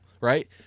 right